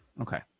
Okay